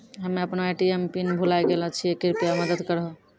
हम्मे अपनो ATM PIN भुलाय गेलो छियै, कृपया मदत करहो